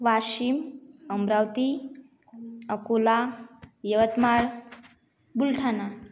Washim Amravati Akola Yavatmal Buldhana